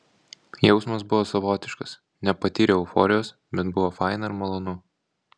jausmas buvo savotiškas nepatyriau euforijos bet buvo faina ir malonu